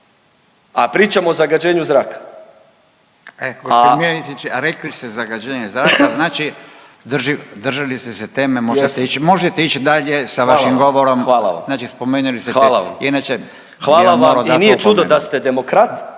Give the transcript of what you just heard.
a pričamo o zagađenju zraka,